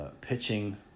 Pitching